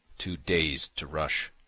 too dazed to rush.